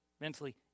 mentally